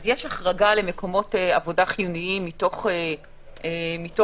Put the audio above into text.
יש החרגה למקומות עבודה חיוניים מתוך מחשבה